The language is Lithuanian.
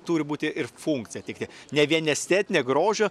turi būti ir funkcija tik tiek ne vien estetinė grožio